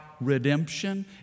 redemption